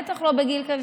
בטח לא בגיל כזה,